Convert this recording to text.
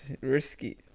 risky